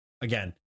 Again